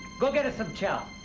go get us some chow.